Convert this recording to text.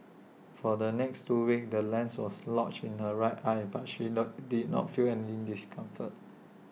for the next two weeks the lens was lodged in her right eye but she not did not feel any discomfort